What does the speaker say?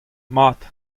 mat